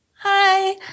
Hi